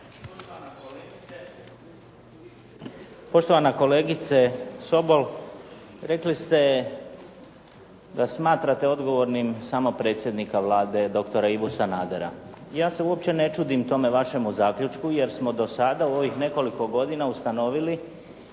Poštovana kolegice Sobol. Rekli ste da smatrate odgovornim samo predsjednika Vlade, doktora Ivu Sanadera. Ja se uopće ne čudim tome vašemu zaključku jer smo do sada u ovih nekoliko godina ustanovili